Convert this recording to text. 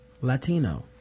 latino